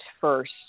first